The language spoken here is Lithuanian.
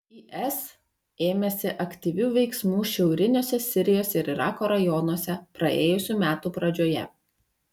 is ėmėsi aktyvių veiksmų šiauriniuose sirijos ir irako rajonuose praėjusių metų pradžioje